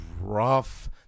rough